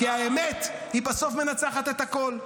כי האמת בסוף מנצחת את הכול.